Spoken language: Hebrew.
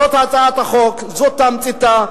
זאת הצעת החוק, זאת תמציתה.